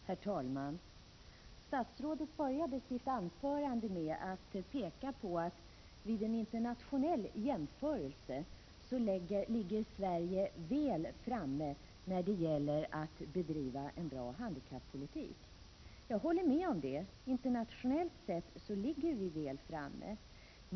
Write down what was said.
Herr talman! Statsrådet började sitt anförande med att peka på att Sverige vid en internationell jämförelse ligger väl framme när det gäller att bedriva en bra handikappolitik. Jag håller med om det. Internationellt sett ligger vi väl framme.